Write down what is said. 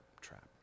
trap